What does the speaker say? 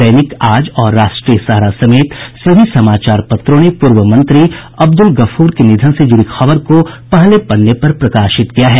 दैनिक आज और राष्ट्रीय सहारा समेत सभी समाचार पत्रों ने पूर्व मंत्री अब्दुल गफूर के निधन से जुड़ी खबर को पहले पन्ने पर प्रकाशित किया है